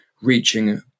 reaching